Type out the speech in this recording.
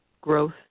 growth